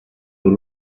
por